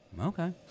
okay